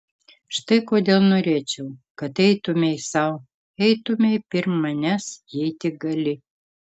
štai kodėl norėčiau kad eitumei sau eitumei pirm manęs jei tik gali